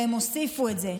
והם הוסיפו את זה.